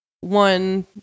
one